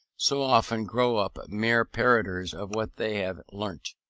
so often grow up mere parroters of what they have learnt,